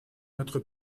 notre